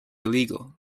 illegal